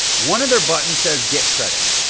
one of their buttons says get credit.